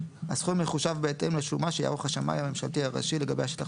הסכום יחושב בהתאם לשומה שיערוך השמאי הממשלתי הראשי לגבי השטח